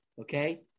Okay